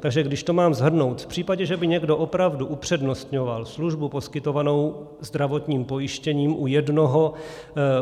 Takže když to mám shrnout, v případě, že by někdo opravdu upřednostňoval službu poskytovanou zdravotním pojištěním u jednoho